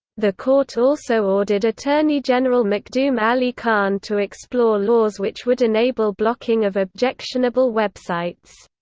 the court also ordered attorney general makhdoom ali khan to explore laws which would enable blocking of objectionable websites.